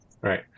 Right